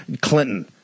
Clinton